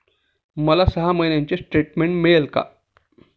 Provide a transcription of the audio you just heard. मला सहा महिन्यांचे स्टेटमेंट मिळेल का?